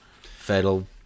Fatal